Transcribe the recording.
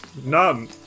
None